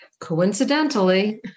coincidentally